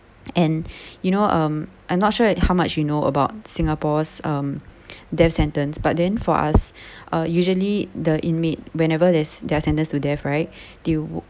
and you know um I'm not sure how much you know about singapore's um death sentence but then for us uh usually the inmate whenever they they are sentenced to death right they w~